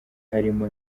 harimo